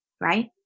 Right